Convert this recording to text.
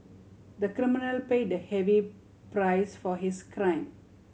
the criminal paid a heavy price for his crime